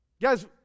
Guys